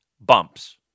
bumps